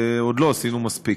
ועוד לא עשינו מספיק.